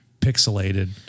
pixelated